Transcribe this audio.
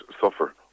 suffer